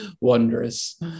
wondrous